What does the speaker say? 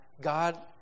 God